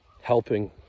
Helping